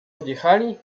odjechali